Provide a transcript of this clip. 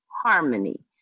Harmony